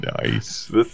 Nice